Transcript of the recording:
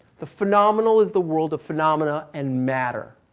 the phenomenal is the world of phenomena and matter.